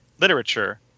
literature